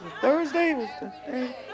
Thursday